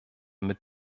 mit